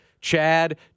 Chad